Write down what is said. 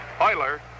Euler